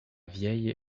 vieille